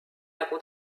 nagu